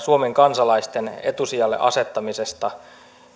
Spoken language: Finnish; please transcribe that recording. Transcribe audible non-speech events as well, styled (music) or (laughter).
(unintelligible) suomen kansalaisten etusijalle asettamisesta